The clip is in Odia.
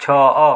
ଛଅ